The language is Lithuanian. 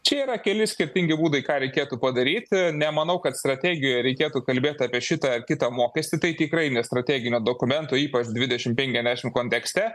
čia yra keli skirtingi būdai ką reikėtų padaryti nemanau kad strategijoje reikėtų kalbėti apie šitą ar kitą mokestį tai tikrai ne strateginio dokumento ypač dvidešim penkiasdešim kontekste